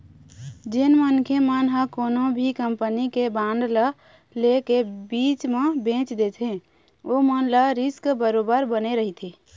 जेन मनखे मन ह कोनो भी कंपनी के बांड ल ले के बीच म बेंच देथे ओमन ल रिस्क बरोबर बने रहिथे